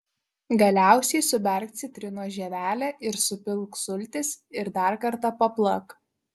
galiausiai suberk citrinos žievelę ir supilk sultis ir dar kartą paplak